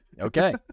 Okay